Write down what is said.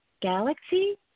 galaxy